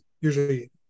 usually